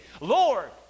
Lord